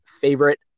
favorite